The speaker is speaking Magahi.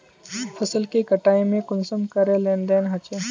फसल के कटाई में कुंसम करे लेन देन होए?